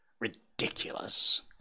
Ridiculous